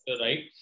right